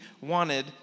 wanted